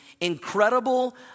incredible